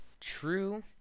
True